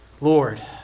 Lord